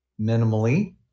minimally